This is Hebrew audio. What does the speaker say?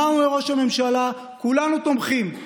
אמרנו לראש הממשלה, כולנו תומכים.